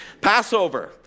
Passover